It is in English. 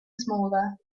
smaller